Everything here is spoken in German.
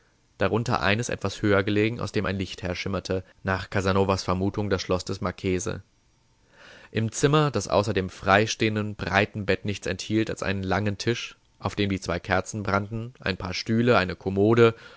darunter eines etwas höher gelegen aus dem ein licht herschimmerte nach casanovas vermutung das schloß des marchese im zimmer das außer dem freistehenden breiten bett nichts enthielt als einen langen tisch auf dem die zwei kerzen brannten ein paar stühle eine kommode